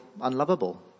unlovable